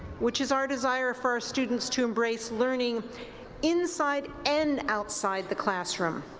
which is our desire for students to embrace learning inside and outside the classroom.